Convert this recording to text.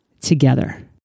together